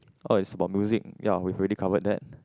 oh it's about music ya we've already covered that